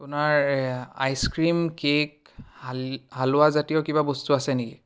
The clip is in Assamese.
আপোনাৰ আইচক্ৰিম কেক হাল হালোৱাজাতীয় কিবা বস্তু আছে নেকি